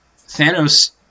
Thanos